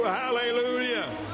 hallelujah